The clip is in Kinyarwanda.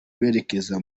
berekeza